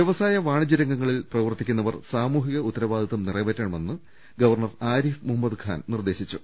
വൃവസായ വാണിജൃ രംഗങ്ങളിൽ പ്രവർത്തിക്കുന്നവർ സാമൂ ഹിക ഉത്തരവാദിത്വം നിറവേറ്റണമെന്ന് ഗവർണർ ആരിഫ് മുഹമ്മദ് ഖാൻ നിർദ്ദേശിച്ചു